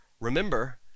Remember